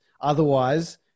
otherwise